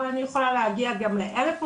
אבל אני יכולה להגיע גם לאלף מועסקים,